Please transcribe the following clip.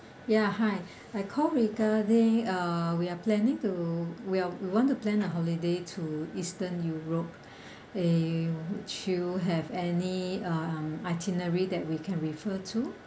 ya hi I call regarding uh we are planning to we are we want to plan a holiday to eastern europe eh you have any um itinerary that we can refer to